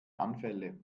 anfälle